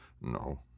No